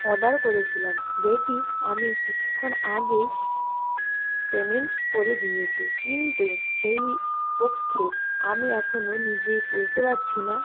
order করেছিলাম যেটি আমি কিছুক্ষণ আগেই পেমেন্ট করে দিয়েছি কিন্তু সেই পক্ষে আমি এখনো নিজে বুঝতে পারছি না